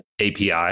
API